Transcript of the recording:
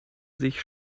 sich